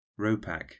ROPAC